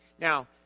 Now